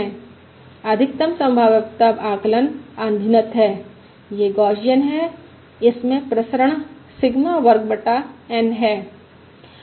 अधिकतम संभाव्यता आकलन अनभिनत है यह गौसियन है इसमें प्रसरण सिग्मा वर्ग बटा N है